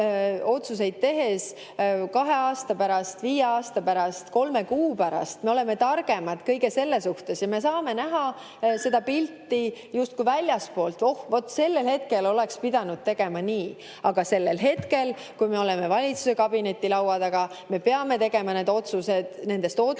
otsuseid tehes kahe aasta pärast, viie aasta pärast, kolme kuu pärast me oleme targemad kõige selle suhtes ja me saame näha seda pilti justkui väljastpoolt, et vot sellel hetkel oleks pidanud tegema nii. Aga sellel hetkel, kui me oleme valitsuskabineti laua taga, me peame tegema need otsused,